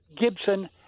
Gibson